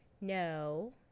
no